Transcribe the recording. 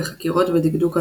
וחקירות בדקדוק הלשון,